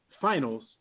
finals